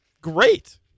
Great